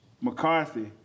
McCarthy